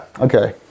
Okay